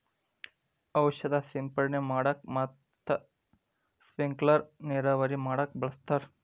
ಔಷದ ಸಿಂಡಣೆ ಮಾಡಾಕ ಮತ್ತ ಸ್ಪಿಂಕಲರ್ ನೇರಾವರಿ ಮಾಡಾಕ ಬಳಸ್ತಾರ